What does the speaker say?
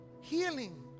healing